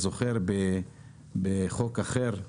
בחוק אחר,